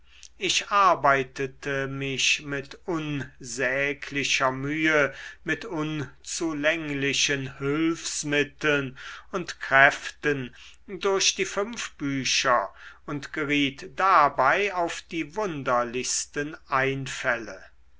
ich arbeitete mich mit unsäglicher mühe mit unzulänglichen hülfsmitteln und kräften durch die fünf bücher und geriet dabei auf die wunderlichsten einfälle